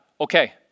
okay